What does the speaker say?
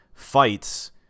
fights